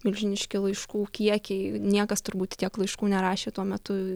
milžiniški laiškų kiekiai niekas turbūt tiek laiškų nerašė tuo metu